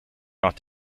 not